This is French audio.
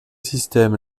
système